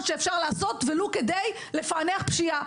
שאפשר לעשות ולו כדי לפענח פשיעה.